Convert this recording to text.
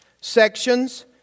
sections